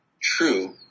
true